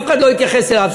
אף אחד לא התייחס אליו.